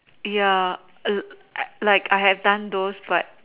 ya ugh I like I have done those but